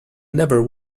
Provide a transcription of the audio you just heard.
never